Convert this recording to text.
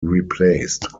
replaced